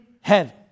heaven